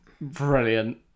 Brilliant